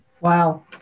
Wow